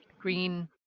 green